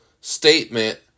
statement